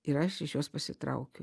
ir aš iš jos pasitraukiu